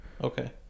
okay